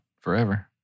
Forever